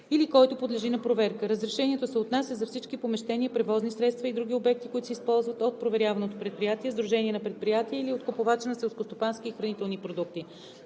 или който подлежи на проверка. Разрешението се отнася за всички помещения, превозни средства и други обекти, които се използват от проверяваното предприятие, сдружение на предприятия или от купувача на селскостопански и хранителни продукти.